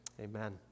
Amen